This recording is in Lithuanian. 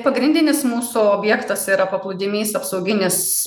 pagrindinis mūsų objektas yra paplūdimys apsauginis